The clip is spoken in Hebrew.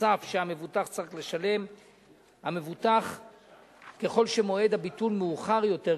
נוסף שהמבוטח צריך לשלם ככל שמועד הביטול מאוחר יותר,